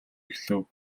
эхлэв